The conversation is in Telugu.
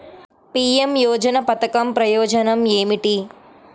పీ.ఎం యోజన పధకం ప్రయోజనం ఏమితి?